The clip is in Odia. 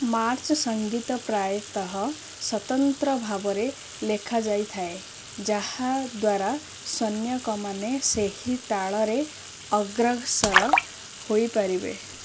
ମାର୍ଚ୍ଚ ସଙ୍ଗୀତ ପ୍ରାୟତଃ ସ୍ୱତନ୍ତ୍ର ଭାବରେ ଲେଖାଯାଇଥାଏ ଯାହା ଦ୍ୱାରା ସୈନିକମାନେ ସେହି ତାଳରେ ଅଗ୍ରସର ହୋଇପାରିବେ